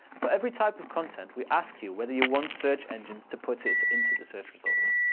for every type of content, we ask you whether you want search engines to put it into the search results.